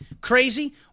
crazy